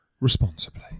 responsibly